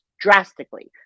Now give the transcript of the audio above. drastically